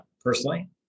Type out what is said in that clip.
personally